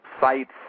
sites